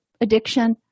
addiction